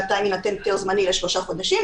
בינתיים יינתן היתר זמני לשלושה חודשים,